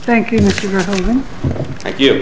thank you